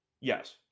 Yes